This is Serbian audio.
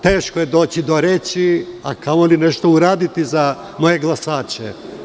Teško je doći do reči, a kamoli nešto uraditi za moje glasače.